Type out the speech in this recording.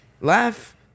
laugh